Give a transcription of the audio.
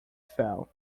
fell